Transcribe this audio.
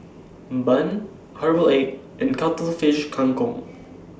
Bun Herbal Egg and Cuttlefish Kang Kong